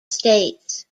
states